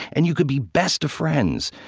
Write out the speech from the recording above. and you could be best of friends.